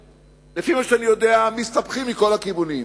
גולדברג, לפי מה שאני יודע, מסתבכים מכל הכיוונים.